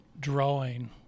drawing